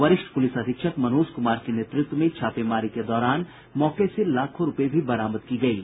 वरिष्ठ पुलिस अधीक्षक मनोज कुमार के नेतृत्व में छापेमारी के दौरान मौके से लाखों रूपये भी बरामद की गयी है